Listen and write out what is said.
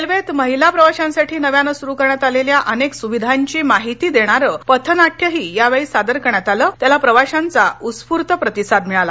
रेल्वेत महिला प्रवाशांसाठी नव्याने सुरु करण्यात आलेल्या अनेक सुविधांची माहिती देणार पथनाट्य ही यावेळी सदर करण्यात आलं त्याला प्रवाश्यांचा उस्फूर्त प्रतिसाद मिळाला